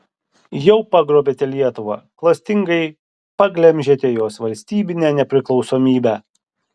jau pagrobėte lietuvą klastingai paglemžėte jos valstybinę nepriklausomybę